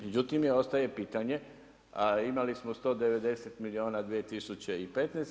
Međutim, ostaje i pitanje, imali smo 190 milijuna 2015.